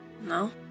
No